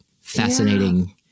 fascinating